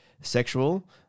sexual